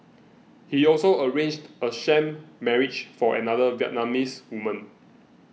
he also arranged a sham marriage for another Vietnamese woman